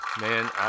man